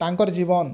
ତାଙ୍କର୍ ଜୀବନ